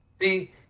see